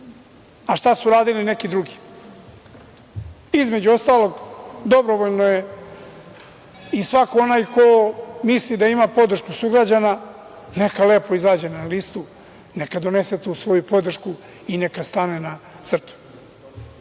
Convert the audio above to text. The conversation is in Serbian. a šta su radili neki drugi? Između ostalog, dobrovoljno je i svako onaj ko misli da ima podršku sugrađana, neka lepo izađe na listu, neka donese tu svoju podršku i neka stane na